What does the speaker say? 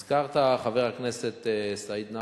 הזכרת, חבר הכנסת סעיד נפאע,